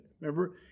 Remember